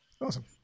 awesome